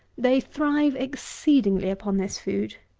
they thrive exceedingly upon this food.